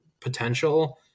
potential